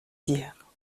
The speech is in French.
dire